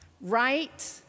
right